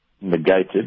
negated